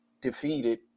Defeated